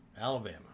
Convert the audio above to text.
Alabama